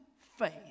faith